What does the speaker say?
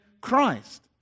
Christ